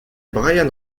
brian